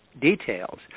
details